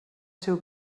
seu